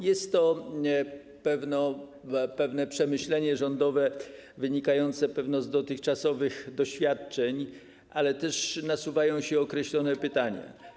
Jest to pewnie przemyślenie rządowe wynikające z dotychczasowych doświadczeń, ale też nasuwają się określone pytania.